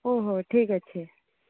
ହଉ ହଉ ଠିକ୍ ଅଛି